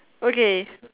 okay